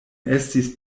estis